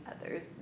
others